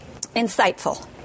insightful